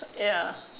ya